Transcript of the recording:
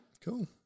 Cool